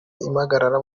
impagarara